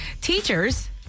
teachers